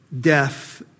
Death